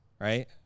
right